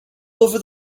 over